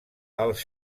els